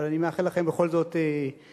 אבל אני מאחל לכם בכל זאת הצלחה.